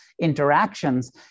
interactions